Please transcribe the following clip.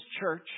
church